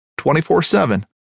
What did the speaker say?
24-7